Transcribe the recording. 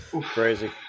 Crazy